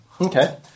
Okay